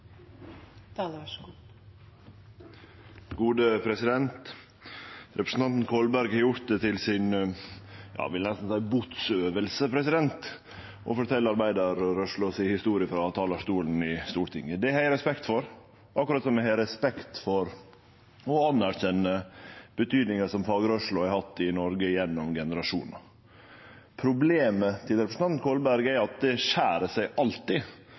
har gjort det til si – eg vil nesten seie – botsøving å fortelje arbeidarrørsla si historie frå talarstolen i Stortinget. Det har eg respekt for, akkurat som eg har respekt for og anerkjenner betydinga fagrørsla har hatt i Noreg gjennom generasjonar. Problemet til representanten Kolberg er at det skjer seg alltid